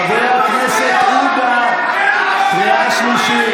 זהו, תתפטרו כבר, חבר הכנסת עודה, קריאה שלישית.